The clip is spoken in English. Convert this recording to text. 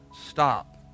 stop